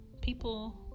people